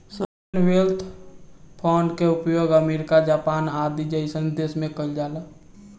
sovereign wealth fund के उपयोग America Japan आदि जईसन देश में कइल जाला